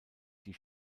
die